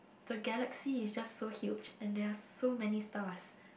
the galaxy is just so huge and there are so many stars